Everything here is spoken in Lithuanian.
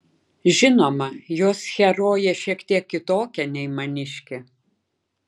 žinoma jos herojė šiek tiek kitokia nei maniškė